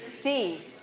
d,